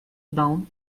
down